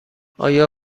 آیا